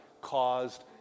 caused